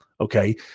okay